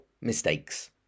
mistakes